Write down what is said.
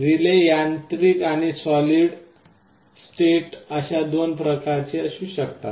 relay यांत्रिक आणि solid state अशा दोन प्रकारची असू शकतात